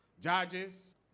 Judges